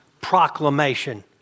proclamation